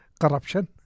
corruption